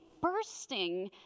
bursting